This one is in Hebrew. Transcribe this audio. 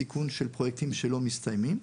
סיכון של פרויקטים שלא מסתיימים,